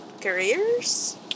careers